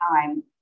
time